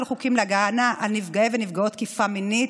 חוקים להגנה על נפגעי ונפגעות תקיפה מינית,